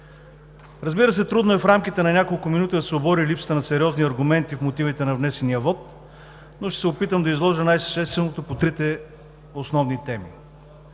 Разбира се, трудно е в рамките на няколко минути да се обори липсата на сериозни аргументи в мотивите на внесения вот, но ще се опитам да изложа най-същественото по трите основни теми.